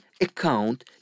account